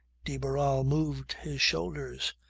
de barral moved his shoulders.